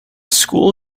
school